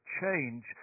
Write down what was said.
change